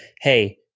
hey